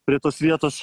prie tos vietos